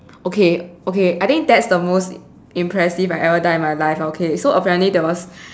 okay okay I think that's the most impressive I ever done in my life lah okay so apparently there was